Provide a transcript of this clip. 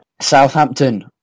southampton